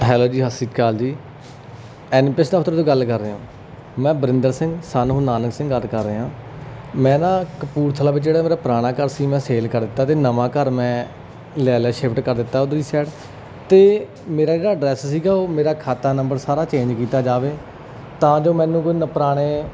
hello ਜੀ ਸਤਿ ਸ਼੍ਰੀ ਅਕਾਲ ਜੀ ਐਨ ਪੀ ਐਸ ਦਫਤਰ ਤੋਂ ਗੱਲ ਕਰ ਰਹੇ ਹੋ ਮੈਂ ਬਰਿੰਦਰ ਸਿੰਘ ਸਨ ਆਫ ਨਾਨਕ ਸਿੰਘ ਗੱਲ ਕਰ ਰਿਹਾ ਮੈਂ ਨਾ ਕਪੂਰਥਲਾ ਵਿੱਚ ਜਿਹੜਾ ਮੇਰਾ ਪੁਰਾਣਾ ਘਰ ਸੀ ਮੈਂ ਸੇਲ ਕਰ ਦਿੱਤਾ ਅਤੇ ਨਵਾਂ ਘਰ ਮੈਂ ਲੈ ਲਿਆ ਸ਼ਿਫਟ ਕਰ ਦਿੱਤਾ ਉਧਰਲੀ ਸਾਈਡ ਅਤੇ ਮੇਰਾ ਜਿਹੜਾ ਡਰੈਸ ਸੀਗਾ ਉਹ ਮੇਰਾ ਖਾਤਾ ਨੰਬਰ ਸਾਰਾ ਚੇਂਜ ਕੀਤਾ ਜਾਵੇ ਤਾਂ ਜੋ ਮੈਨੂੰ ਕੋਈ ਨਾ ਪੁਰਾਣੇ